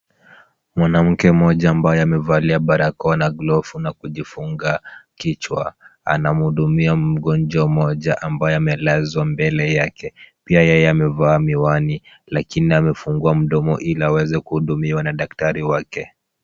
Mwanamke mmoja ambaye amevalia barakoa na glovu na kijifunga kichwa, anamhudumia mgonjwa mmoja ambaye amelazwa mbele yake. Pia yeye amevaa miwani, lakini amefungua mdomo ili aweze kuhudumiwa na daktari wake.